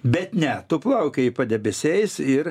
bet ne tu plaukioji padebesiais ir